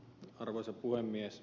arvoisa puhemies